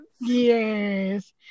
Yes